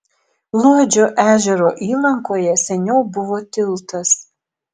luodžio ežero įlankoje seniau buvo tiltas